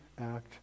act